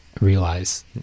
realize